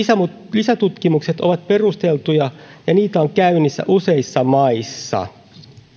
lisätutkimukset ovat perusteltuja ja niitä on käynnissä useissa maissa